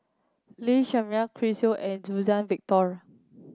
Lee Shermay Chris Yeo and Suzann Victor